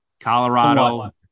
Colorado